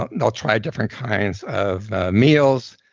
but and they'll try different kinds of meals,